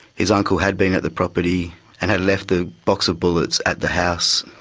his uncle had been at the property and had left the box of bullets at the house.